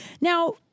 now